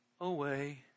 away